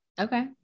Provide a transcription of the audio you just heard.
Okay